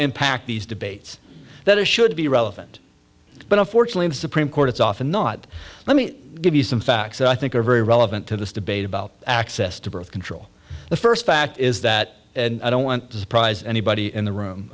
impact these debates that it should be relevant but unfortunately the supreme court it's often not let me give you some facts that i think are very relevant to this debate about access to birth control the first fact is that i don't want to surprise anybody in the room